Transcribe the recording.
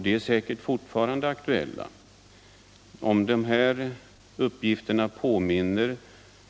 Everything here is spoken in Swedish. Dessa uppgifter är säkert aktuella fortfarande.